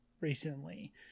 recently